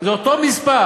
זה אותו מספר.